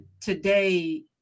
today